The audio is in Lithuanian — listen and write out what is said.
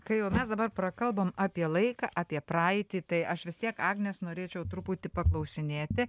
kai jau mes dabar prakalbom apie laiką apie praeitį tai aš vis tiek agnės norėčiau truputį paklausinėti